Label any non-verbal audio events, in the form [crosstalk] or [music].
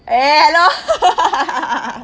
eh hello [laughs]